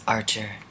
Archer